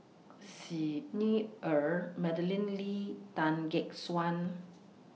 Xi Ni Er Madeleine Lee Tan Gek Suan